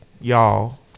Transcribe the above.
y'all